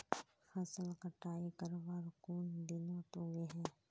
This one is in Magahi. फसल कटाई करवार कुन दिनोत उगैहे?